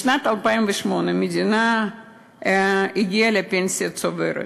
בשנת 2008 המדינה הגיעה לפנסיה צוברת.